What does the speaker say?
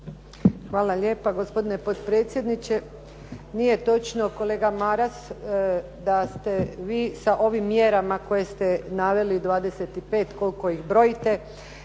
Hvala lijepa gospodine potpredsjedniče. Nije točno, kolega Maras, da ste vi sa ovim mjerama koje ste naveli 25, koliko ih brojite